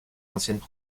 anciennes